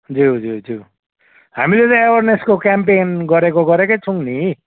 ज्यु ज्यु ज्यु हामीले त एवरनेसको क्याम्पेन गरेको गरेकै छौँ नि